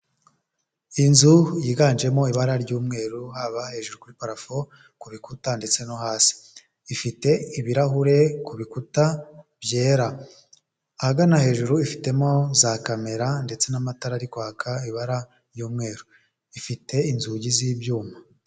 Inzu yiganjemo ibara ry'umweru haba hejuru kuri parafo ku rukuta ndetse no hasi, ifite ibirahure ku bikuta byera, ahagana hejuru ifitemo za kamera ndetse n'amatara ari kwaka ibara ry'umweru ifite inzugi z'ibyuma.